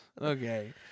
Okay